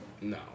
No